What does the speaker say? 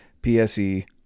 PSE